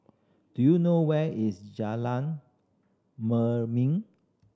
do you know where is Jalan